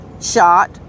shot